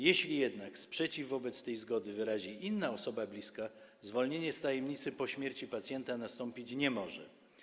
Jeśli jednak sprzeciw wobec tej zgody wyrazi inna osoba bliska, zwolnienie z tajemnicy po śmierci pacjenta nastąpić nie może.